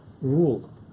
rule